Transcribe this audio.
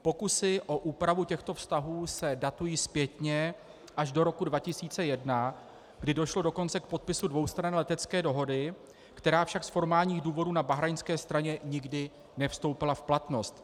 Pokusy u úpravu těchto vztahů se datují zpětně až do roku 2001, kdy došlo dokonce k podpisu dvoustranné letecké dohody, která však z formálních důvodů na bahrajnské straně nikdy nevstoupila v platnost.